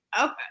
okay